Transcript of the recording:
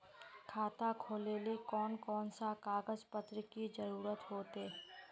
खाता खोलेले कौन कौन सा कागज पत्र की जरूरत होते?